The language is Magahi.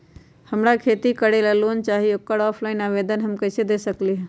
हमरा खेती करेला लोन चाहि ओकर ऑफलाइन आवेदन हम कईसे दे सकलि ह?